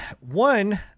One